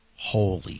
Holy